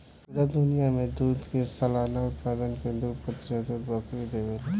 पूरा दुनिया के दूध के सालाना उत्पादन के दू प्रतिशत दूध बकरी देवे ले